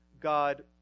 God